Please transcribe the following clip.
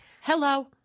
Hello